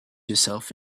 yourself